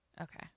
Okay